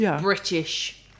British